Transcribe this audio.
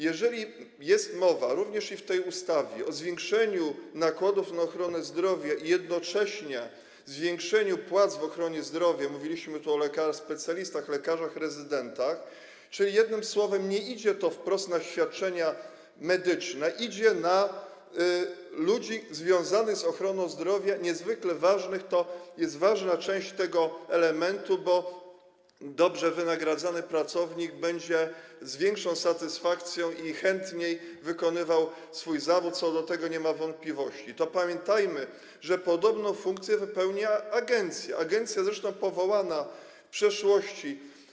Jeżeli jest mowa, również w tej ustawie, o zwiększeniu nakładów na ochronę zdrowia i jednocześnie zwiększeniu płac w ochronie zdrowia - mówiliśmy tu o lekarzach specjalistach, lekarzach rezydentach, jednym słowem o tym, że nie idzie to wprost na świadczenia medyczne, idzie na ludzi związanych z ochroną zdrowia, niezwykle ważnych, jako że to jest ważna część tego systemu, bo dobrze wynagradzany pracownik będzie z większą satysfakcją i chętniej wykonywał swój zawód - co do tego nie ma wątpliwości - to pamiętajmy, że podobną funkcję wypełnia agencja, zresztą agencja powołana w przeszłości.